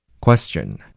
Question